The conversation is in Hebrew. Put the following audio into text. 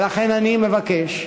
ולכן, אני מבקש,